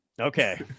Okay